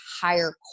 higher